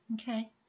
Okay